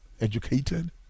educated